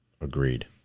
Agreed